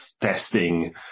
testing